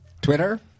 Twitter